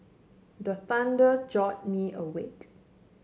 the thunder jolt me awake